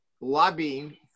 lobbying